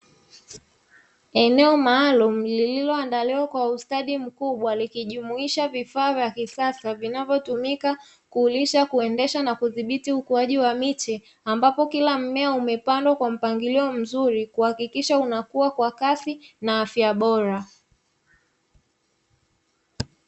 Eneo maalumu lililoandaliwa kwa ustadi mkubwa likijumuisha vifaa vya kisasa vinavyo tumika kulisha, kuendesha na kudhibiti ukuaji wa miti ambapo kila mmea umepandwa kwa mpangilio mzuri kuhakikisha unakuwa kwa kasi na afya bora.